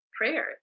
prayer